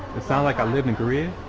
sounds like i lived in korea?